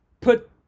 Put